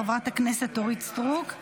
חברת הכנסת אורית סטרוק,